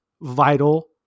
vital